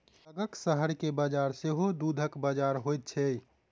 लगक शहर के बजार सेहो दूधक बजार होइत छै